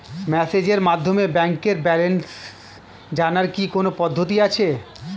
মেসেজের মাধ্যমে ব্যাংকের ব্যালেন্স জানার কি কোন পদ্ধতি আছে?